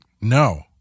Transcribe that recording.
No